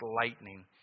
lightning